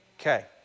Okay